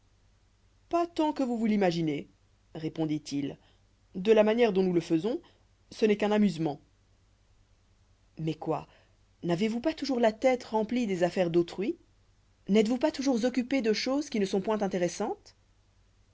pas tant que vous vous l'imaginez répondit-il de la manière dont nous le faisons ce n'est qu'un amusement mais comment n'avez-vous pas toujours la tête remplie des affaires d'autrui n'êtes-vous pas toujours occupé de choses qui ne sont point intéressantes